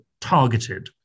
targeted